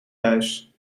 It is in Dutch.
muis